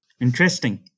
Interesting